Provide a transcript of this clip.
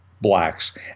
blacks